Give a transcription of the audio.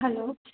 hello